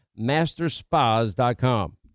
masterspas.com